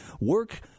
work